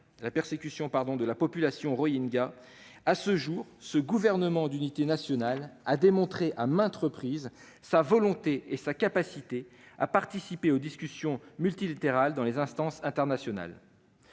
la persécution de la population rohingya. À ce jour, ce gouvernement d'unité nationale a démontré à maintes reprises sa volonté et sa capacité de participer aux discussions multilatérales dans les instances internationales.